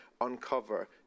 uncover